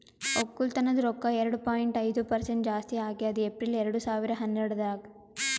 ಒಕ್ಕಲತನದ್ ರೊಕ್ಕ ಎರಡು ಪಾಯಿಂಟ್ ಐದು ಪರಸೆಂಟ್ ಜಾಸ್ತಿ ಆಗ್ಯದ್ ಏಪ್ರಿಲ್ ಎರಡು ಸಾವಿರ ಹನ್ನೆರಡರಾಗ್